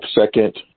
second